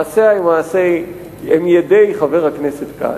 מעשיה הם ידי חבר הכנסת כץ,